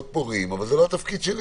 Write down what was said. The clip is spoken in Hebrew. אבל זה לא תפקידי.